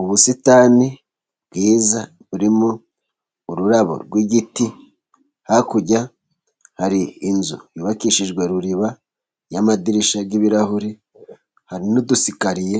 Ubusitani bwiza burimo ururabo rw'igiti, hakurya hari inzu yubakishijwe ruriba y'amadirishya y'ibirahuri. Hari n'udusikariye,